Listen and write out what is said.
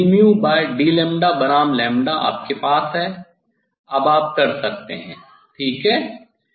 अब dd बनाम lambda आपके पास है अब आप कर सकते हैं ठीक है